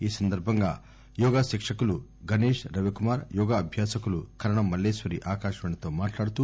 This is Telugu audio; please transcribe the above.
ఈ సందర్భంగా యోగా శిక్షకులు గణేష్ రవికుమార్ యోగా అభ్యాసకులు కరణం మల్లేశ్వరి ఆకాశవాణితో మాట్లాడుతూ